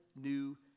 new